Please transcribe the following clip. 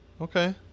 Okay